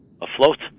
afloat